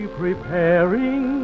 preparing